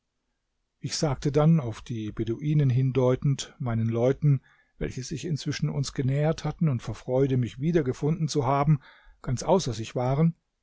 ich sagte dann auf die beduinen hindeutend meinen leuten welche sich inzwischen uns genähert hatten und vor freude mich wiedergefunden zu haben ganz außer sich waren